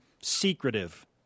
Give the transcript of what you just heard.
secretive